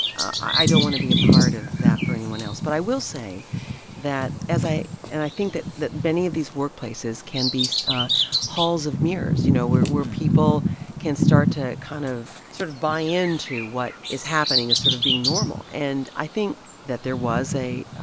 i don't want to be a part of that for anyone else. but i will say that as i and i think that that many of these workplaces can be halls of mirrors, you know, where where people can start to kind of sort of buy into what is happening as sort of being normal. and i think that there was a